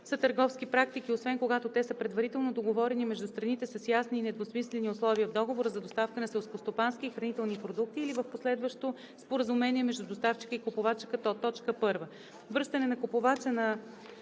са търговски практики, освен когато те са предварително договорени между страните с ясни и недвусмислени условия в договора за доставка на селскостопански и хранителни продукти или в последващо споразумение между доставчика и купувача, като: 1.